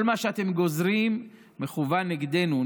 כל מה שאתם גוזרים מכוון כנגדנו,